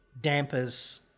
dampers